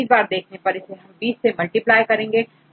20 बार के लिए इसे हम 20 से मल्टीप्लाई करते हैं